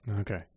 Okay